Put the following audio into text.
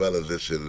הפסטיבל הזה של